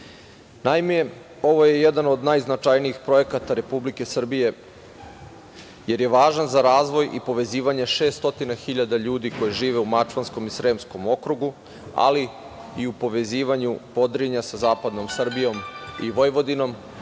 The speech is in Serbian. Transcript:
ovo je jedan od najznačajnijih projekata Republike Srbije, jer je važan za razvoj i povezivanje 600 hiljada ljudi koji žive u Mačvanskom i Sremskom okrugu, ali i u povezivanju Podrinja sa zapadnom Srbijom i Vojvodinom,